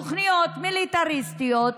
תוכניות מיליטריסטיות,